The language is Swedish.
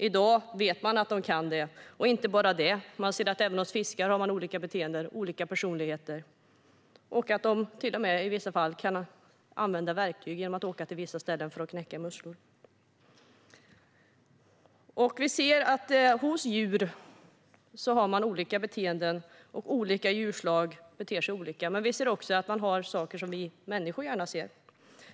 I dag vet man att de kan det och inte bara det: Man ser att även fiskar har olika beteenden och personligheter. De kan till och med använda verktyg i vissa fall genom att simma till vissa ställen för att knäcka musslor. Vi ser att djur har olika beteenden. Olika djurslag beter sig olika och har saker som vi människor gärna ser.